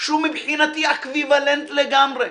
שהוא מבחינתי אקוויוולנט לגמרי,